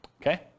okay